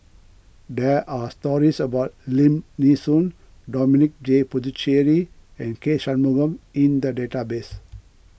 there are stories about Lim Nee Soon Dominic J Puthucheary and K Shanmugam in database